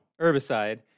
herbicide